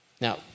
Now